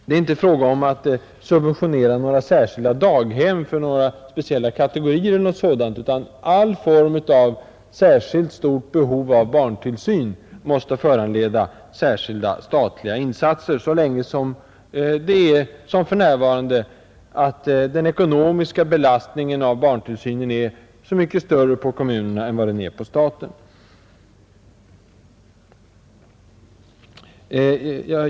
Det är inte fråga om att subventionera några särskilda daghem för speciella kategorier, utan varje särskilt stort behov av barntillsyn måste föranleda särskilda statliga insatser så länge barntillsynen ekonomiskt är en så mycket större belastning för kommunerna än för staten.